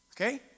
Okay